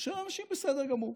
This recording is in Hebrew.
של אנשים בסדר גמור,